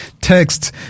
text